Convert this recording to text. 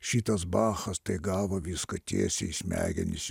šitas bachas tai gavo viską tiesiai į smegenis